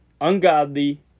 ungodly